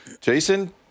Jason